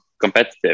competitive